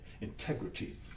integrity